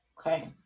okay